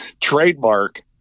trademark